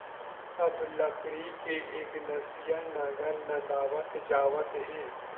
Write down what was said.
अब लकड़ी के एकनसिया नांगर नंदावत जावत हे